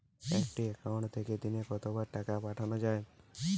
একটি একাউন্ট থেকে দিনে কতবার টাকা পাঠানো য়ায়?